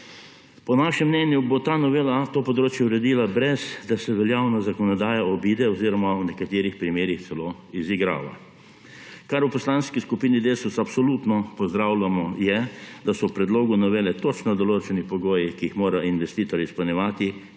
Po našem mnenju bo ta novela to področje uredila, brez da se veljavna zakonodaja obide oziroma v nekaterih primerih celo izigrava. V Poslanski skupini Desus absolutno pozdravljamo, da so v predlogu novele točno določeni pogoji, ki jih mora investitor izpolnjevati,